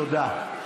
תודה.